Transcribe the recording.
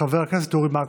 חבר הכנסת אורי מקלב.